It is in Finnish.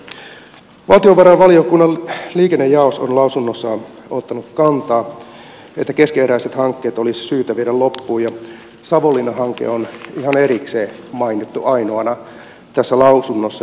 valtiovarainvaliokunnan liikennejaos on lausunnossaan ottanut kantaa että keskeneräiset hankkeet olisi syytä viedä loppuun ja savonlinna hanke on ihan erikseen mainittu ainoana tässä lausunnossa